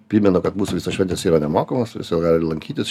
primenu kad mūsų visos šventės yra nemokamos visi gali lankytis